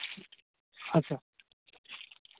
ᱟᱪᱪᱷᱟ